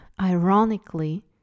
ironically